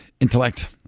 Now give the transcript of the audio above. Intellect